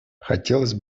хотелось